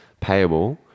payable